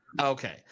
Okay